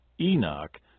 Enoch